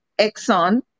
Exxon